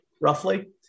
roughly